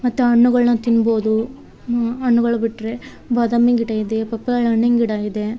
ಮತ್ತು ಹಣ್ಣುಗಳ್ನ ತಿನ್ಬೋದು ಹಣ್ಣುಗಳು ಬಿಟ್ಟರೆ ಬಾದಾಮಿ ಗಿಡ ಇದೆ ಪಪ್ಪಾಯಿ ಹಣ್ಣಿನ ಗಿಡ ಇದೆ